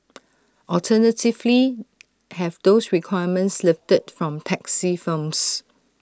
alternatively have those requirements lifted from taxi firms